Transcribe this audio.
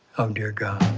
oh, dear god.